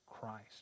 Christ